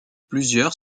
plusieurs